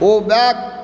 ओ bag